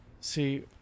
See